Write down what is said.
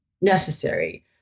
necessary